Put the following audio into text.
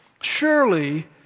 Surely